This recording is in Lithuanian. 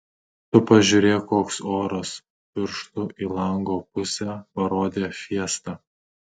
tu pažiūrėk koks oras pirštu į lango pusę parodė fiesta